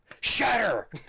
Shatter